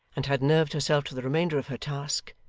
and had nerved herself to the remainder of her task,